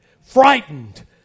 frightened